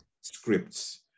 scripts